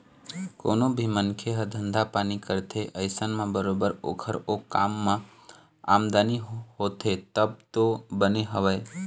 कोनो भी मनखे ह धंधा पानी करथे अइसन म बरोबर ओखर ओ काम म आमदनी होथे तब तो बने हवय